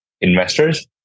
Investors